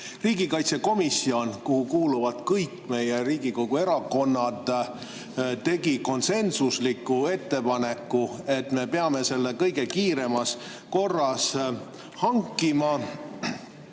Riigikaitsekomisjon, kuhu kuuluvad kõigi meie Riigikogu [fraktsioonide esindajad], tegi konsensusliku ettepaneku, et me peame selle kõige kiiremas korras hankima.